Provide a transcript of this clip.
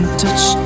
touch